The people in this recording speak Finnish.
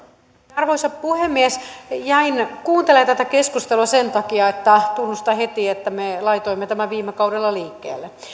arvoisa puhemies jäin kuuntelemaan tätä keskustelua sen takia että tunnustan heti me laitoimme tämän viime kaudella liikkeelle